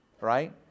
right